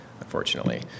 unfortunately